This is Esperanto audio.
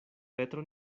petro